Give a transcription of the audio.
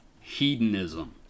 Hedonism